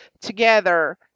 together